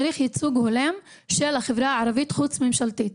צריך ייצוג הולם של החברה הערבית החוץ-ממשלתית,